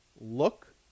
look